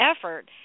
effort